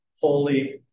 Holy